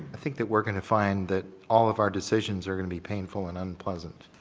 i think that we're going to find that all of our decisions are going to be painful and unpleasant.